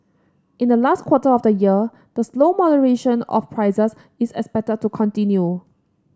in the last quarter of the year the slow moderation of prices is expected to continue